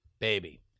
baby